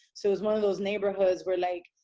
so it's one of those neighborhoods where, like,